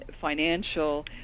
financial